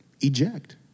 Eject